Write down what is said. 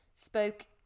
spoke